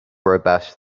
robust